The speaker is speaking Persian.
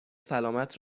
سلامت